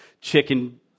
chicken